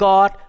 God